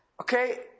Okay